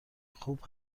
خوب